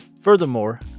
Furthermore